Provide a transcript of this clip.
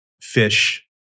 fish